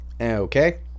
Okay